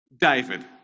David